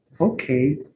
Okay